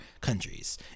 countries